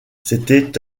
c’était